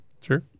Sure